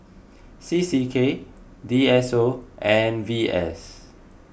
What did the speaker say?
C C K D S O and V S